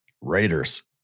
Raiders